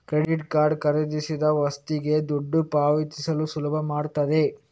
credit card ಖರೀದಿಸಿದ ವಸ್ತುಗೆ ದುಡ್ಡು ಪಾವತಿಸಲು ಸುಲಭ ಮಾಡ್ತದೆ